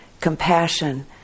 compassion